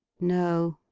no,